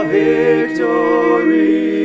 victory